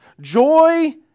Joy